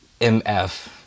MF